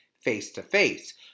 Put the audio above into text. face-to-face